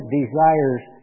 desires